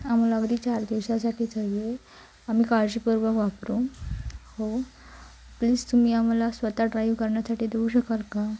आम्हाला अगदी चार दिवसासाठीच हवी आहे आम्ही काळजीपूर्वक वापरू हो प्लीज तुम्ही आम्हाला स्वत ड्राईव करण्यासाठी देऊ शकाल का